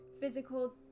physical